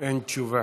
אין תשובה.